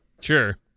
Sure